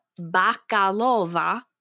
Bakalova